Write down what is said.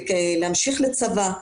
להמשיך לצבא,